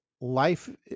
Life